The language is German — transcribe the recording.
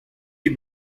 die